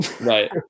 Right